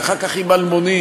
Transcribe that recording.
ואחר כך עם אלמוני,